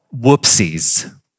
whoopsies